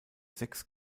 sechs